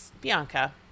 Bianca